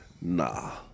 nah